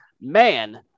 man